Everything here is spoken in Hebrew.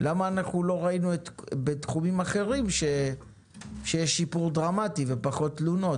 למה אנחנו לא רואים בתחומים אחרים שיש שיפור דרמטי ופחות תלונות?